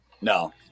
No